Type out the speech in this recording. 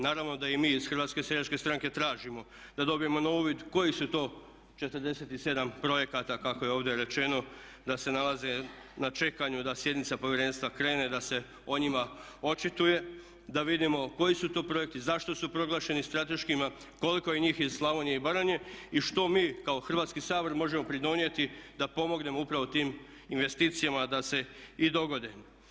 Naravno da i mi iz Hrvatske seljačke stranke tražimo da dobijemo na uvid kojih su to 47 projekata kako je ovdje rečeno da se nalaze na čekanju i da sjednica povjerenstva krene i da se o njima očituje da vidimo koji su to projekti i zašto su proglašeni strateškima, koliko je njih iz Slavonije i Baranje i što mi kao Hrvatski sabor možemo pridonijeti da pomognemo upravo tim investicijama da se i dogode.